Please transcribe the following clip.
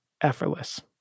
effortless